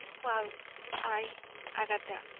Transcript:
while i agatha,